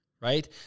right